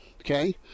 Okay